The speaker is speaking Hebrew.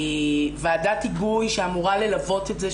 ועדת היגוי שאמורה ללוות את זה,